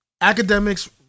academics